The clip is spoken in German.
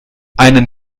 einen